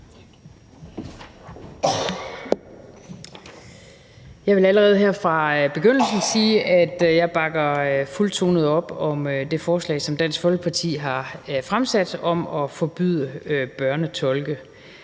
Jeg vil allerede her fra begyndelsen sige, at jeg fuldtonet bakker op om det forslag, som Dansk Folkeparti har fremsat, om at forbyde børnetolke.